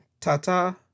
ta-ta